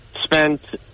spent